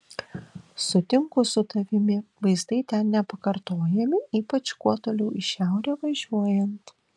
sutinku su tavimi vaizdai ten nepakartojami ypač kuo toliau į šiaurę važiuojant